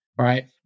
right